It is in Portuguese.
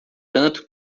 tanto